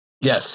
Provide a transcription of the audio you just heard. Yes